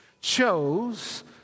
chose